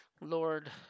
Lord